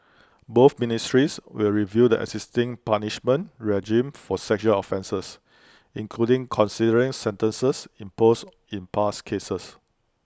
both ministries will review the existing punishment regime for sexual offences including considering sentences imposed in past cases